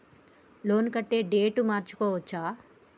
Loan కట్టే date మార్చుకోవచ్చా?